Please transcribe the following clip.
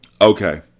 Okay